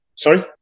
Sorry